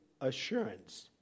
assurance